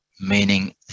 meaning